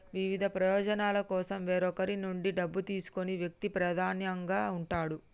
వివిధ ప్రయోజనాల కోసం వేరొకరి నుండి డబ్బు తీసుకునే వ్యక్తి ప్రధానంగా ఉంటాడు